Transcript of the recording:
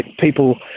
people